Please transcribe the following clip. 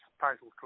title